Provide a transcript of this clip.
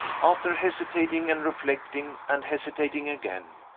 after hesitating and reflecting, and hesitating again,